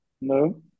no